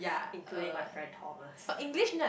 including my friend Thomas